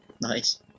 Nice